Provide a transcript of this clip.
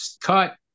cut